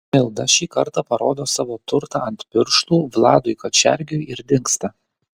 milda šį kartą parodo savo turtą ant pirštų vladui kačergiui ir dingsta